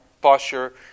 posture